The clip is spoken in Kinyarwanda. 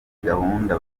gahunda